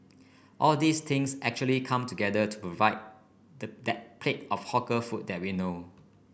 all these things actually come together to provide that plate of hawker food that we know